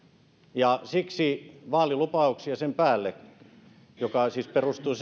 siksi vaalilupauksia sen päälle se siis perustuu